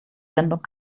sendung